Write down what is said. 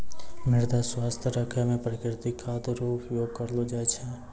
मृदा स्वास्थ्य राखै मे प्रकृतिक खाद रो उपयोग करलो जाय छै